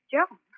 Joan